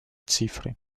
цифры